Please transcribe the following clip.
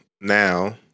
now